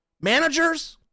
managers